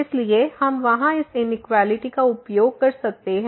इसलिए हम वहां इस इनइक्वालिटी का उपयोग कर सकते हैं